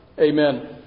Amen